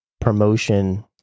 promotion